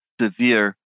severe